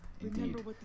Indeed